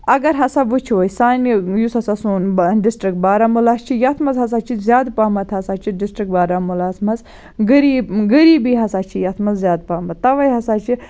اگر ہَسا وٕچھو أسۍ سانہِ یُس ہَسا سون ڈِسٹرک بارامُلا چھِ یَتھ مَنٛز ہَسا چھِ زیاد پَہمَتھ ہَسا چھِ ڈِسٹرک بارامُلاہَس مَنٛز غریب غریٖبی ہَسا چھِ یَتھ مَنٛز زیاد پَہمَت تَوے ہَسا چھِ